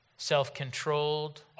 self-controlled